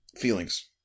feelings